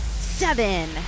Seven